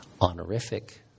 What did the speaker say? honorific